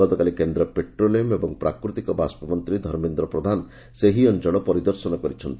ଗତକାଲି କେନ୍ଦ୍ ପେଟ୍ରୋଲିୟମ୍ ଏବଂ ପ୍ରାକୃତିକ ବାଷ୍ସମନ୍ତୀ ଧର୍ମେନ୍ଦ ପ୍ରଧାନ ସେହି ଅଞ୍ଚଳ ପରିଦର୍ଶନ କରିଛନ୍ତି